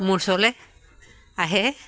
মোৰ ওচৰলৈ আহে